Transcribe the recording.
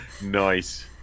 Nice